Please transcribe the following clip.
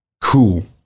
Cool